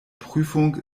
prüfung